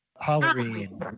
Halloween